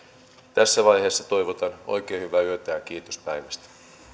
tässä vaiheessa toivotan oikein hyvää yötä ja kiitos päivästä